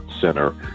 Center